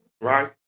right